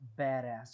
badass